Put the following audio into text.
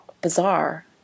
bizarre